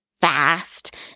fast